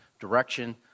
direction